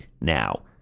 now